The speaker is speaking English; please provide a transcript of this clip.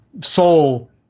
soul